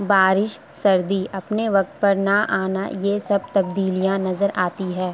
بارش سردی اپنے وقت پر نہ آنا یہ سب تبدیلیاں نظر آتی ہے